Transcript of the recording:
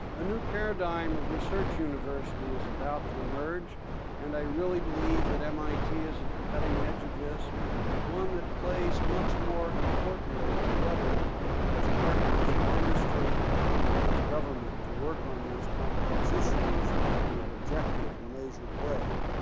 a new paradigm of research university is about to emerge and i really believe that mit is at the cutting edge of this one that plays much more importantly together as partners with industry and with government to work on these complex issues in an objective and measured way.